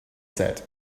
said